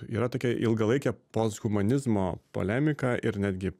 yra tokia ilgalaikė posthumanizmo polemika ir netgi